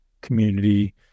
community